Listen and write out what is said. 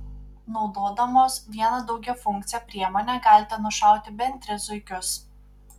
naudodamos vieną daugiafunkcę priemonę galite nušauti bent tris zuikius